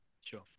Sure